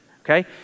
okay